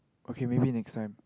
okay maybe next time